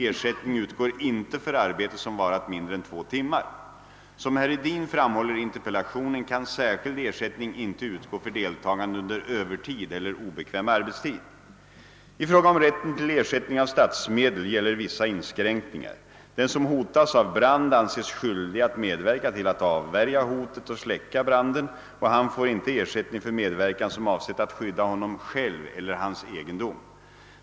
Ersättning utgår inte för arbete som varat mindre än två timmar. Som herr Hedin framhåller i interpellationen kan särskild ersättning inte utgå för deltagande under övertid eller obekväm arbetstid. I fråga om rätten till ersättning av statsmedel gäller vissa inskränkningar. Den som hotas av brand anses skyldig att medverka till att avvärja hotet och släcka branden och han får inte ersättning för medverkan som avsett att skydda honom själv eller hans egendom.